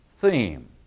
theme